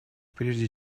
прежде